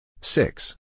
Six